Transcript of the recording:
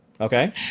Okay